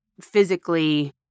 physically